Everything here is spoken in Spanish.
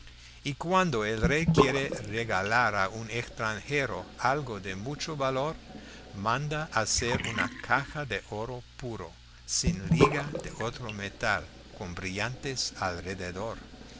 y cuando el rey quiere regalar a un extranjero algo de mucho valor manda hacer una caja de oro puro sin liga de otro metal con brillantes alrededor